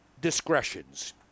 discretions